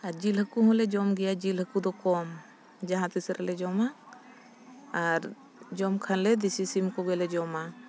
ᱟᱨ ᱡᱤᱞ ᱦᱟ ᱠᱩ ᱦᱚᱸᱞᱮ ᱡᱚᱢ ᱜᱮᱭᱟ ᱡᱤᱞ ᱦᱟᱹᱠᱩ ᱫᱚ ᱠᱚᱢ ᱡᱟᱦᱟᱸ ᱛᱤᱥ ᱨᱮᱞᱮ ᱡᱚᱢᱟ ᱟᱨ ᱡᱚᱢ ᱠᱷᱟᱱ ᱞᱮ ᱫᱮᱥᱤ ᱥᱤᱢ ᱠᱚᱜᱮᱞᱮ ᱡᱚᱢᱟ